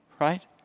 right